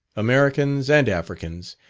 americans and africans,